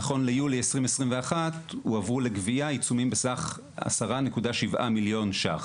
נכון ליולי 2021 הועברו לגבייה עיצומים בסך כ-10.7 מיליון ש"ח.